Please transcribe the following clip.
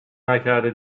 نکرده